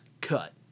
cut